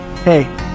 hey